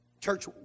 Church